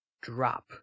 drop